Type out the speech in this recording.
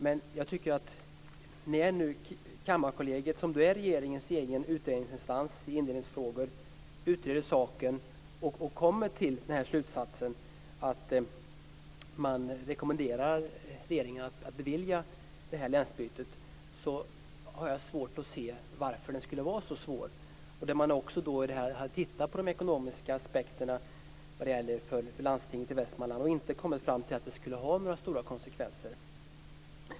Men när Kammarkollegiet, som är regeringens egen utredningsinstans i indelningsfrågor, utreder ärendet och kommer till slutsatsen att man rekommenderar regeringen att bevilja ett länsbyte har jag svårt att se att frågan skulle vara så svår. Man har också tittat på de ekonomiska aspekterna för landstinget i Västmanland men inte kommit fram till att detta skulle få några stora konsekvenser.